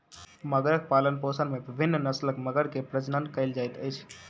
मगरक पालनपोषण में विभिन्न नस्लक मगर के प्रजनन कयल जाइत अछि